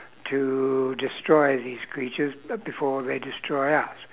to destroy these creatures uh before they destroy us